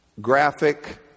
graphic